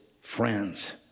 friends